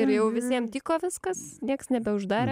ir jau visiem tiko viskas nieks nebeuždarė